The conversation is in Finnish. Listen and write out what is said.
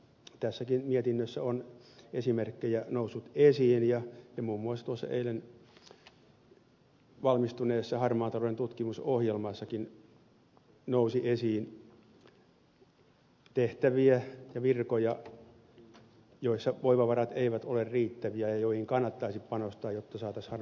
tässäkin mietinnössä on esimerkkejä noussut esiin ja muun muassa tuossa eilen valmistuneessa harmaan talouden tutkimusohjelmassakin nousi esiin tehtäviä ja virkoja joissa voimavarat eivät ole riittäviä ja joihin kannattaisi panostaa jotta saataisiin harmaa talous kuriin